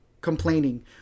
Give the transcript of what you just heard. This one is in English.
complaining